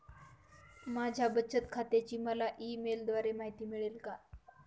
माझ्या बचत खात्याची मला ई मेलद्वारे माहिती मिळेल का?